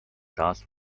taas